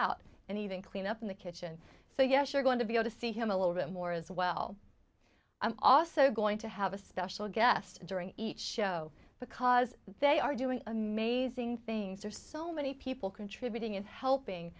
out and even clean up in the kitchen so yes you're going to be able to see him a little bit more as well i'm also going to have a special guest during each show because they are doing amazing things are so many people contributing in helping